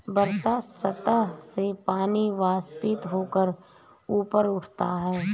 वर्षा सतह से पानी वाष्पित होकर ऊपर उठता है